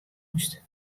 moast